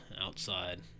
outside